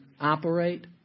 operate